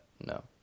No